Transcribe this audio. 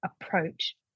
approach